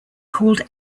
called